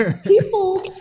people